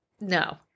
No